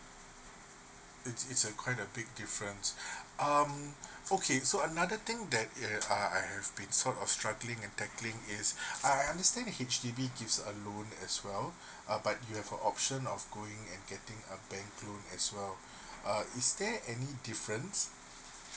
it's it's a quite a big difference um okay soanother thing that eh uh I've been sort of struggling and tackling is I I understand H_D_B gives a loan as well uh but you have a option of going and getting a bank loan as well uh is there any difference